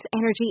energy